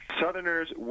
Southerners